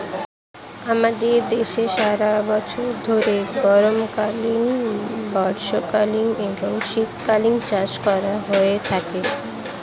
আমাদের দেশে সারা বছর ধরে গ্রীষ্মকালীন, বর্ষাকালীন এবং শীতকালীন চাষ করা হয়ে থাকে